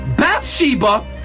Bathsheba